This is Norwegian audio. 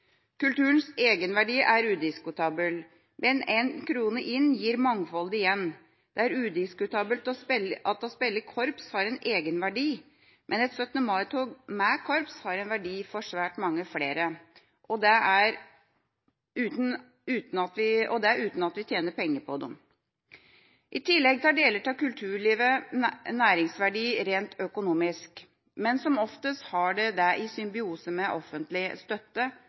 Kulturens egenverdi er udiskutabel. Men én krone inn gir mangfoldige igjen. Det er udiskutabelt at det å spille i korps har en egenverdi, men et 17. mai-tog med korps har en verdi for svært mange flere – og det uten at vi tjener penger på det. I tillegg har deler av kulturlivet næringsverdi rent økonomisk. Men som oftest har de det i symbiose med offentlig støtte,